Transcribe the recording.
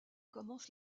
commence